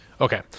Okay